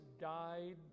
died